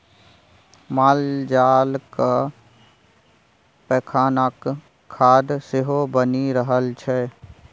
मालजालक पैखानाक खाद सेहो बनि रहल छै